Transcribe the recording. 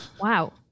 wow